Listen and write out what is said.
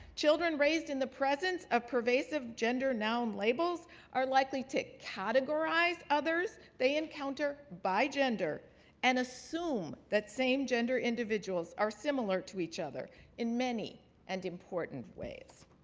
children raised in the presence of pervasive gender noun labels are likely to categorize others they encounter by gender and assume that same gender individuals are similar to each other in many and important ways.